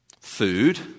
food